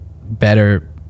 better